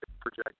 project